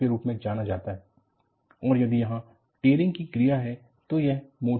के रूप में जाना जाता है और यदि यहाँ टियरिंग की क्रिया है तो यह मोड